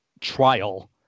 trial